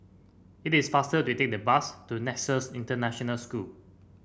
it is faster to take the bus to Nexus International School